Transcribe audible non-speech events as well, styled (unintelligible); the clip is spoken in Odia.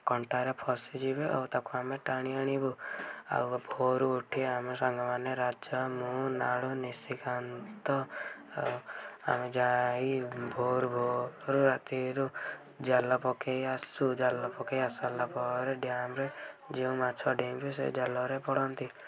କଣ୍ଟାରେ ଫସିଯିବେ ଓ ତାକୁ ଆମେ ଟାଣି ଆଣିବୁ ଆଉ ଭୋରୁ ଉଠି ଆମ ସାଙ୍ଗମାନେ ରାଜା ମୁଁ ନାଳୁ ନିଶିକାନ୍ତ (unintelligible) ଆମେ ଯାଇ ଭୋରୁ ଭୋରୁ ରାତିରୁ ଜାଲ ପକାଇ ଆସୁ ଜାଲ ପକେଇ ଆସି ସରିଲା ପରେ ଡ୍ୟାମ୍ରେ ଯେଉଁ ମାଛ ଡେଇଁବେ ସେଇ ଜାଲରେ ପଡ଼ନ୍ତି